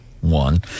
one